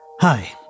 Hi